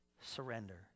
Surrender